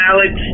Alex